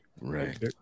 Right